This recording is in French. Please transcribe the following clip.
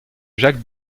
jacques